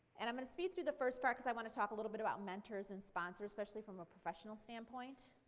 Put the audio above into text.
and i'm going to speed through the first part because i want to talk a little bit about mentors and sponsors especially from a professional standpoint.